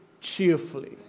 cheerfully